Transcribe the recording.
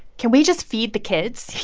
can we just feed the kids,